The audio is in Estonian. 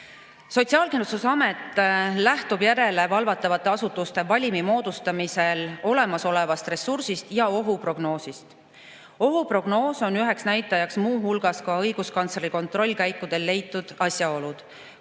Sotsiaalkindlustusamet lähtub järelevalvatavate asutuste valimi moodustamisel olemasolevast ressursist ja ohuprognoosist. Ohuprognoosi puhul on üheks näitajaks muu hulgas Õiguskantsleri Kantselei kontrollkäikudel leitud asjaolud